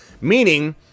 Meaning